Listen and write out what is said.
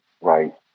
right